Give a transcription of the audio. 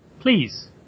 please